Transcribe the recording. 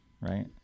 right